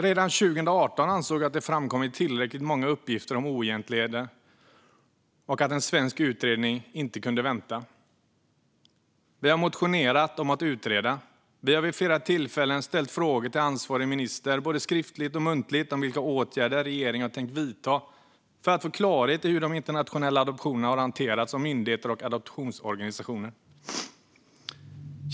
Redan 2018 ansåg jag att det hade framkommit tillräckligt många uppgifter om oegentligheter och att en svensk utredning inte kunde vänta. Vi har väckt motioner om att tillsätta utredningar. Vi har vid flera tillfällen ställt frågor till ansvarig minister, både skriftligt och muntligt, om vilka åtgärder regeringen har tänkt vidta för att få klarhet i hur de internationella adoptionerna har hanterats av myndigheter och adoptionsorganisationer.